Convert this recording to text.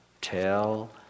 tell